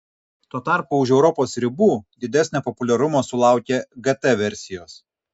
tuo tarpu už europos ribų didesnio populiarumo sulaukia gt versijos